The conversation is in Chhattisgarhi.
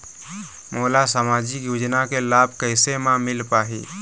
मोला सामाजिक योजना के लाभ कैसे म मिल पाही?